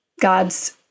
God's